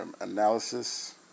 analysis